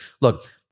look